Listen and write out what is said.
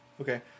Okay